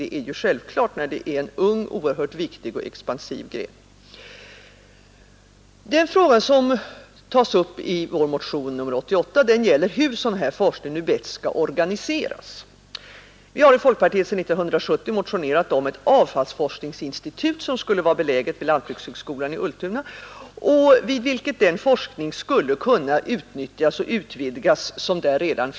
Det är ju självklart när det gäller en ung, oerhört viktig och expansiv forskningsgren. Den fråga som tas upp i vår motion 88 gäller hur en sådan här forskning bäst skall organiseras. Folkpartiet har sedan 1970 motionerat om ett avfallsforskningsinstitut, som skulle vara beläget vid lantbrukshögskolan i Ultuna; där bedrivs redan en forskning som skulle kunna utnyttjas och utvidgas.